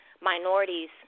minorities